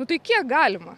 nu tai kiek galima